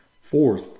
Fourth